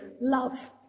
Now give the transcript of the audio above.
love